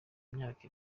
imyaka